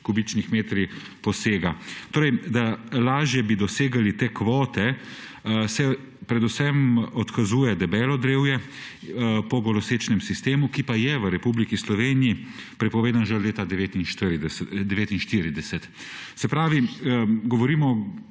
kubičnih metrih poseka. Torej, da lažje bi dosegali te kvote, se predvsem odkazuje debelo drevje po golosečnem sistemu, ki pa je v Republiki Sloveniji prepovedan že od leta 1949. Se pravi, govorim